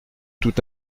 tout